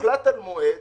הוחלט על מועד